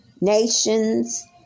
nations